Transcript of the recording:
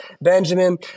Benjamin